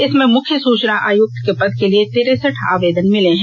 इसमें मुख्य सूचना आयुक्त के पद के लिए तिरेसठ आवेदन मिले हैं